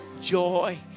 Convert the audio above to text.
Joy